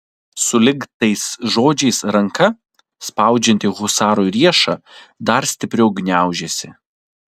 sulig tais žodžiais ranka spaudžianti husarui riešą dar stipriau gniaužėsi